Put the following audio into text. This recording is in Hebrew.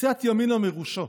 קצת ימינה מראשו'.